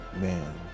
man